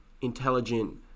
intelligent